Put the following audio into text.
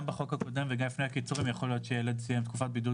גם בחוק הקודם וגם לפני הקיצורים יכול להיות שילד סיים תקופת בידוד